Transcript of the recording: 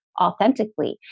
authentically